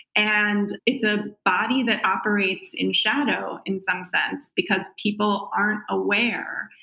and it's a body that operates in shadow in some sense, because people aren't aware.